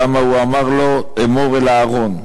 למה הוא אמר לו: "אמֹר אל אהרן"?